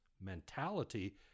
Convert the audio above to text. mentality